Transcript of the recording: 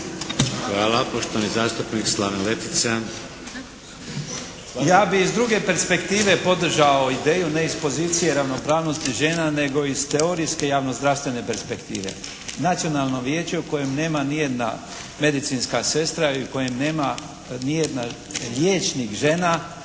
Slaven (Nezavisni)** Ja bih s druge perspektive podržao ideju, ne iz pozicije ravnopravnosti žena, nego iz teorijske javno-zdravstvene perspektive. Nacionalno vijeće u kojem nema ni jedna medicinska sestra i u kojem nema ni jedna liječnik žena